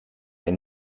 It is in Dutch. hij